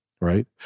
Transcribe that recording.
right